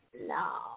No